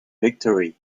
victory